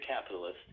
capitalist